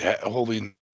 holding